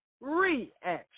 reaction